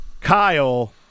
Kyle